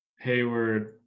Hayward